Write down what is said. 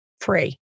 free